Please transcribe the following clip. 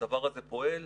הדבר הזה פועל.